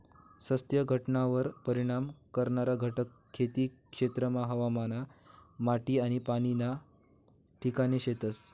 सत्य घटनावर परिणाम करणारा घटक खेती क्षेत्रमा हवामान, माटी आनी पाणी ना ठिकाणे शेतस